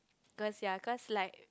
cause ya cause like